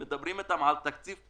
בזמן שמדברים על פחות תקציב.